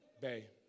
Bay